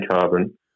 carbon